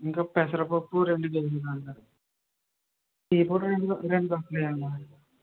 ఇంకా పెసరపప్పు రెండు కేజీలు వెయ్యండి టీ పొడి రెండు రెండు బాక్సులు వెయ్యండి